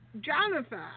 Jonathan